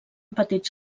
petits